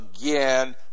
Again